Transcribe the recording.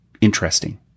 interesting